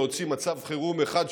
להוציא מצב חירום אחד,